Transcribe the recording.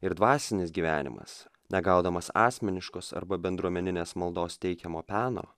ir dvasinis gyvenimas negaudamas asmeniškos arba bendruomeninės maldos teikiamo peno